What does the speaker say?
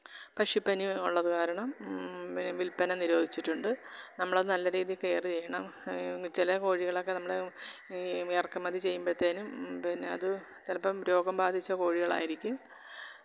പക്ഷിപ്പനി ഉള്ളത് കാരണം വില്പ്പന നിരോധിച്ചിട്ടുണ്ട് നമ്മൾ അത് നല്ല രീതിയിൽ കെയറ് ചെയ്യണം ചില കോഴികളൊക്കെ നമ്മൾ ഈ ഇറക്കുമതി ചെയ്യുമ്പോഴത്തേനും പിന്നെ അത് ചിലപ്പം രോഗം ബാധിച്ച കോഴികളായിരിക്കും